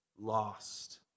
lost